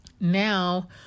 now